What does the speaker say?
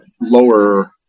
lower